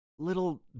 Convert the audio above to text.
little